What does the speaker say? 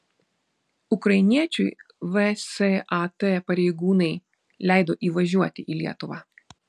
ukrainiečiui vsat pareigūnai leido įvažiuoti į lietuvą